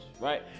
right